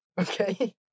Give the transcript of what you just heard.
okay